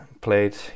Played